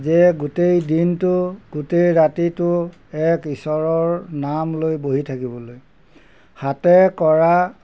যে গোটেই দিনটো গোটেই ৰাতিটো এক ঈশ্বৰৰ নাম লৈ বহি থাকিবলৈ হাতে কৰা